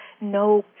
no